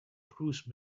cruise